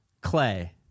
Clay